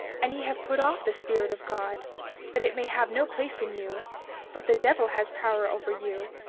and ye have put off the spirit of god that it may have no place in you but the devil has power over you,